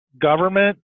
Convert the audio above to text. government